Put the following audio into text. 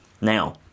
Now